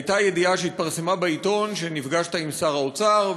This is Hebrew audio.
הייתה ידיעה שהתפרסמה בעיתון שנפגשת עם שר האוצר,